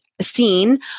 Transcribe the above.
scene